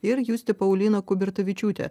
ir justė paulina kubertavičiūtė